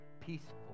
peaceful